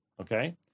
Okay